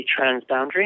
transboundary